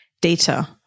data